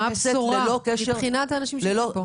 מה הבשורה מבחינת האנשים שפה?